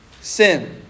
sin